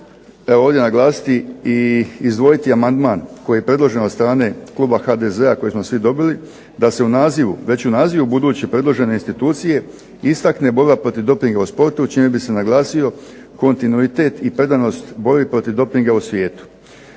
ovdje naglasiti i izdvojiti amandman koji je predložen od strane kluba HDZ-a koji smo svi dobili da se već u nazivu buduće predložene institucije istakne borba protiv dopinga u sportu čime bi se naglasio kontinuitet i predanost borbi protiv dopinga u svijetu.